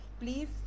Please